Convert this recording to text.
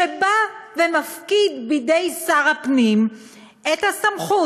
שמפקיד בידי שר הפנים את הסמכות,